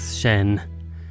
Shen